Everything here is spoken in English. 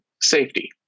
safety